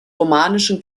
romanischen